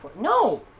No